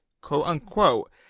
quote-unquote